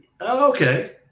Okay